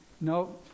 No